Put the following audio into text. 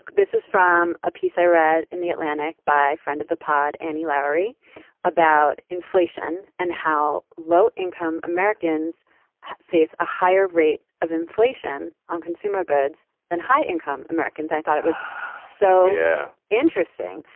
this is from a piece i read in the atlantic by friend of the part annie lowrey about inflation and how low income americans face a higher rate of inflation on consumer goods than high income americans i thought it was so yeah interesting.